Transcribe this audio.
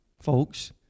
folks